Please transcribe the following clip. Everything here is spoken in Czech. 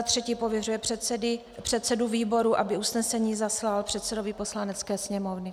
3. pověřuje předsedu výboru, aby usnesení zaslal předsedovi Poslanecké sněmovny.